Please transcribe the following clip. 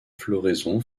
floraison